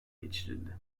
geçirildi